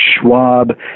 Schwab